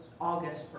August